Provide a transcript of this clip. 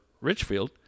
Richfield